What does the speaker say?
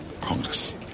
Congress